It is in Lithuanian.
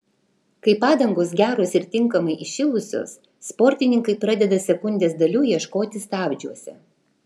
kai padangos geros ir tinkamai įšilusios sportininkai pradeda sekundės dalių ieškoti stabdžiuose